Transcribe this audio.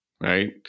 right